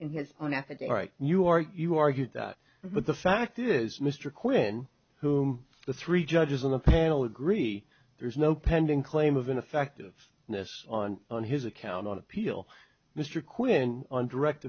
in his unethical right you are you argue that but the fact is mr quinn whom the three judges on the panel agree there's no pending claim of ineffective this on on his account on appeal mr quinn on direct